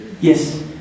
Yes